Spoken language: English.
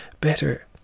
better